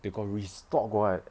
they got restock [what]